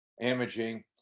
Imaging